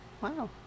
Wow